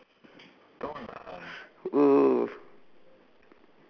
!whoa!